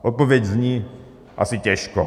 Odpověď zní: Asi těžko.